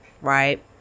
right